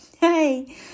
Hey